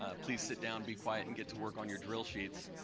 ah please sit down, be quiet and get to work on your drill sheets.